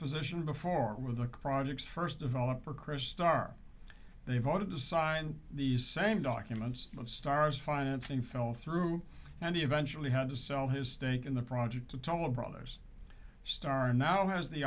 position before with the project's first developer chris starr they voted to sign the same documents star's financing fell through and he eventually had to sell his stake in the project to tell the brothers star now has the